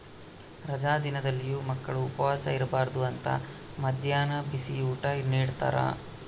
ರಜಾ ದಿನದಲ್ಲಿಯೂ ಮಕ್ಕಳು ಉಪವಾಸ ಇರಬಾರ್ದು ಅಂತ ಮದ್ಯಾಹ್ನ ಬಿಸಿಯೂಟ ನಿಡ್ತಾರ